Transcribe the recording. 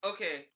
Okay